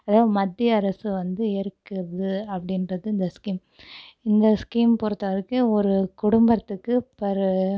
அதாவது மத்திய அரசு வந்து ஏற்குது அப்படின்றது இந்த ஸ்கீம் இந்த ஸ்கீம் பொறுத்தளவுக்கு ஒரு குடும்பத்துக்கு பர்